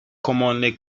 commonly